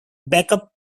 backup